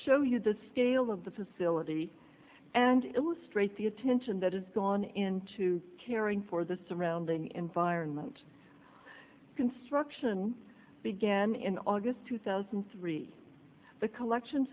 show you the scale of the facility and illustrate the attention that has gone into caring for the surrounding environment construction began in august two thousand and three the collection